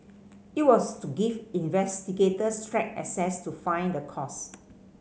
it was to give investigators track access to find the cause